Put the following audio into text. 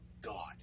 god